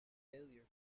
failure